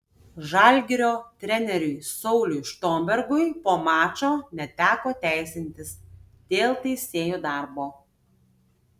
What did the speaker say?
žalgirio treneriui sauliui štombergui po mačo neteko teisintis dėl teisėjų darbo